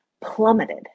plummeted